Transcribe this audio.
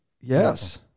Yes